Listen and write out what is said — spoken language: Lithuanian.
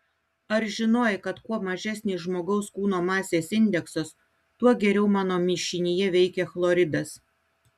ar žinojai kad kuo mažesnis žmogaus kūno masės indeksas tuo geriau mano mišinyje veikia chloridas